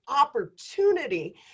opportunity